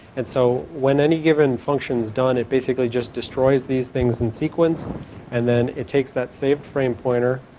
and so when any given functions done it basically just destroys these things in sequence and then it takes that saved frame pointer